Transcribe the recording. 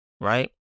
right